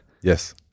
Yes